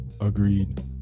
agreed